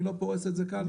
אני לא פורס את זה כאן.